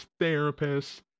therapists